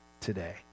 today